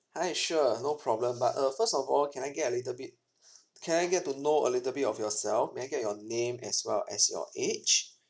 hi sure no problem but uh first of all can I get a little bit can I get to know a little bit of yourself may I get your name as well as your age